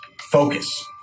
focus